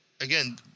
again